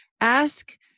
Ask